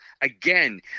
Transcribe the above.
again